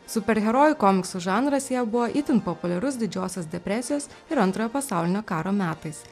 superherojų komiksų žanras jav buvo itin populiarus didžiosios depresijos ir antrojo pasaulinio karo metais